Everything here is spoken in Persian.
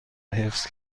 حفظ